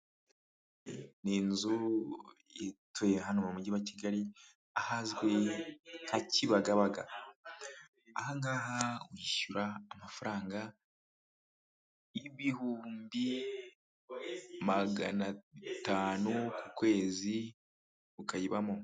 N'inzu ituye hano mu mujyi wa Kigali ahazwi nka Kibagabaga ahangaha wishyura amafaranga ibihumbi maganatanu ku kwezi ukayibamo.